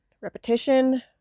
repetition